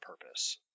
purpose